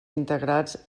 integrats